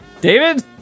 David